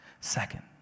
Second